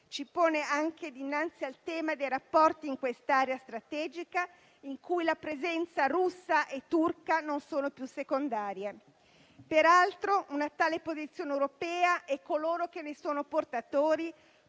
ci pone anche dinnanzi al tema dei rapporti in questa area strategica, in cui la presenza russa e turca non sono più secondarie. Peraltro, una tale posizione europea - e coloro che ne sono portatori